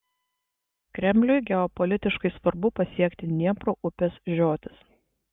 kremliui geopolitiškai svarbu pasiekti dniepro upės žiotis